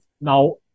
Now